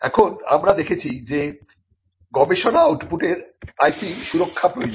এখন আমরা দেখেছি যেগবেষণা আউটপুট এর IP সুরক্ষা প্রয়োজন